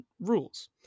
rules